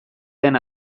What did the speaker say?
den